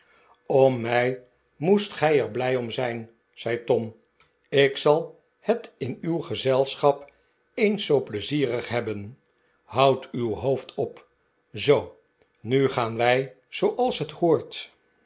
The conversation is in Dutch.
om mij moest gij er blij om zijn zei tom ik zal het in uw gezelschap eens zoo pleizierig hebben houd uw hoofd op zoo nu gaan wij zooals het hoort